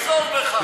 תתנצל ותחזור בך.